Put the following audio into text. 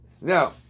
now